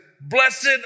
blessed